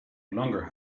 longer